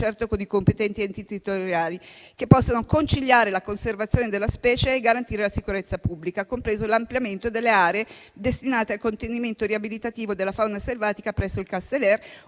concerto con i competenti enti territoriali, che possano conciliare la conservazione della specie e garantire la sicurezza pubblica, compreso l'ampliamento delle aree destinate al contenimento riabilitativo della fauna selvatica presso il Casteller